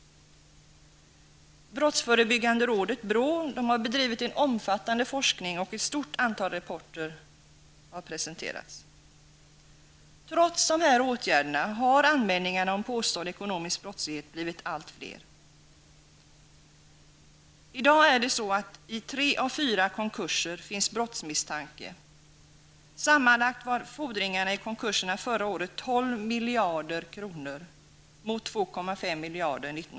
Brottsförebyggande rådet, BRÅ, har bedrivit en omfattande forskning, och ett stort antal rapporter har presenterats. Trots dessa åtgärder har anmälningarna om påstådd ekonomisk brottslighet blivit allt fler. I dag är det så, att i tre av fyra konkurser finns brottsmisstanke.